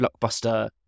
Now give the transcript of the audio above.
blockbuster